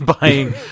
buying